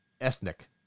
ethnic